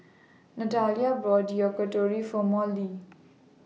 Natalia bought Yakitori For Molly